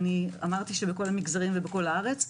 בכל המגזרים ובכל הארץ,